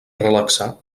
relaxar